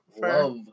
Love